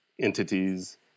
entities